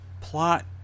plot